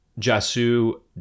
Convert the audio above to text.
Jasu